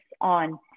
on